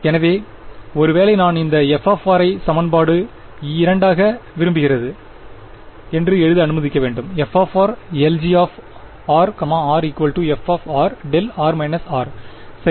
எனவே ஒருவேளை நான் இந்த f ஐ சமன்பாடு 2 ஆக விரும்புகிறது என்று எழுத அனுமதிக்க வேண்டும் f Lg r r f δ சரி